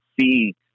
see